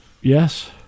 yes